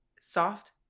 soft